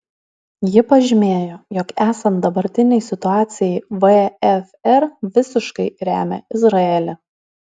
ji pažymėjo jog esant dabartinei situacijai vfr visiškai remia izraelį